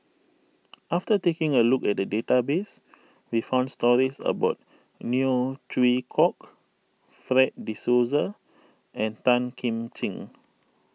after taking a look at the database we found stories about Neo Chwee Kok Fred De Souza and Tan Kim Ching